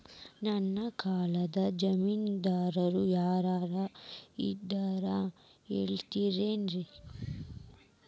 ನನ್ನ ಖಾತಾದ್ದ ಜಾಮೇನದಾರು ಯಾರ ಇದಾರಂತ್ ಹೇಳ್ತೇರಿ?